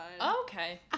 Okay